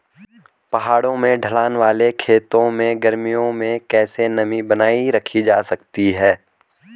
पहाड़ों में ढलान वाले खेतों में गर्मियों में कैसे नमी बनायी रखी जा सकती है?